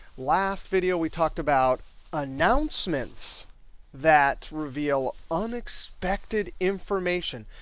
last video we talked about announcements that reveal unexpected information.